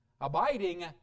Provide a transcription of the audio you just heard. Abiding